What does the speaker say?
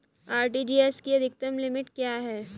RTGS की अधिकतम limit क्या है?